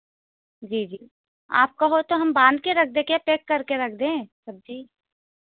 जी जी आप कहो तो हम बाँध कर रख दे कर पैक करके रख दें सब्ज़ी